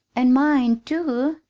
and mine, too!